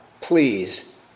please